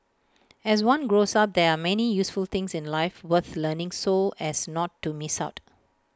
as one grows up there are many useful things in life worth learning so as not to miss out